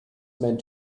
meant